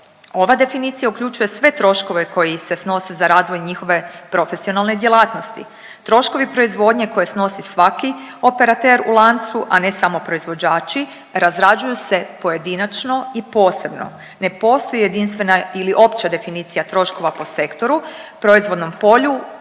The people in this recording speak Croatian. Ova definicija uključuje sve troškove koji se snose za razvoj njihove profesionalne djelatnosti. Troškovi proizvodnje koje snosi svaki operatere u lancu, a ne samo proizvođači razrađuju se pojedinačno i posebno. Ne postoji jedinstvena ili opća definicija troškova po sektoru, proizvodnom polju